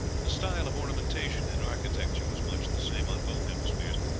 the style of ornamentation in architecture was much the same on both hemispheres,